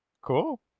Cool